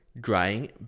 drying